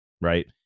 right